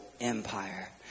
empire